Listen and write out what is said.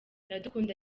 iradukunda